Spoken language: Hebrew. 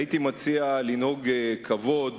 הייתי מציע לנהוג בכבוד.